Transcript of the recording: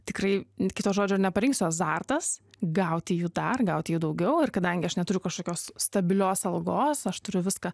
tikrai kito žodžio neparinksiu azartas gauti jų dar gauti jų daugiau ir kadangi aš neturiu kažkokios stabilios algos aš turiu viską